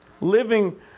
Living